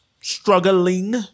struggling